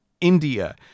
India